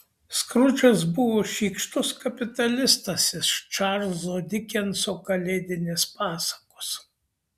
skrudžas buvo šykštus kapitalistas iš čarlzo dikenso kalėdinės pasakos